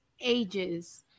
ages